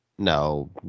No